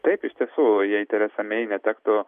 taip iš tiesų jei teresa mei netektų